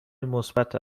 مثبت